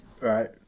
right